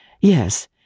Yes